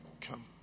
Come